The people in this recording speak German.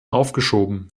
aufgeschoben